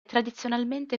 tradizionalmente